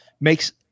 makes